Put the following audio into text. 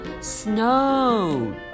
Snow